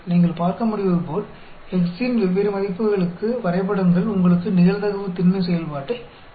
நீங்கள் பார்க்க முடிவதுபோல் X இன் வெவ்வேறு மதிப்புகளுக்கு வரைபடங்கள் உங்களுக்கு நிகழ்தகவு திண்மை செயல்பாட்டை வழங்குகின்றன